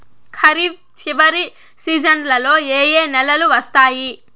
ఖరీఫ్ చివరి సీజన్లలో ఏ ఏ నెలలు వస్తాయి